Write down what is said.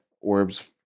orbs